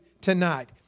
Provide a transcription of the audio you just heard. tonight